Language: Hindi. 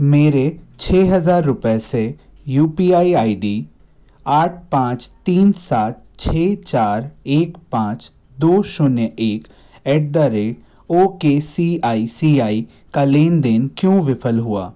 मेरे छः हज़ार रुपये से U P I I D आठ पाँच तीन सात छः चार एक पाँच दो शून्य एक at the rate O K C I C I का लेन देन क्यों विफल हुआ